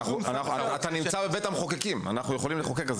אתה נמצא בבית המחוקקים, אנחנו יכולים לחוקק.